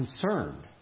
concerned